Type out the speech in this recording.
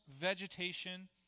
vegetation